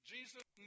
Jesus